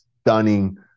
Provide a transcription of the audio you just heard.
stunning